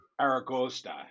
Aragosta